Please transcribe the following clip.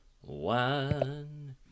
one